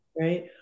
Right